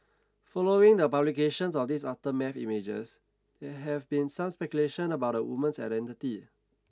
following the publications of these aftermath images there have been some speculation about the woman's identity